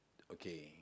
okay